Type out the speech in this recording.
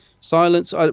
silence